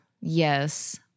yes